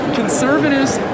conservatives